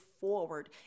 forward